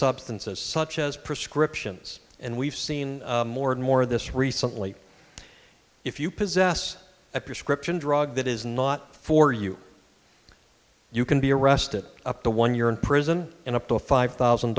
substances such as prescriptions and we've seen more and more of this recently if you possess a prescription drug that is not for you you can be arrested up to one year in prison and up to a five thousand